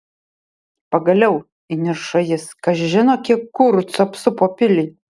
pagaliau įniršo jis kas žino kiek kurucų apsupo pilį